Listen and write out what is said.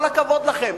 כל הכבוד לכם.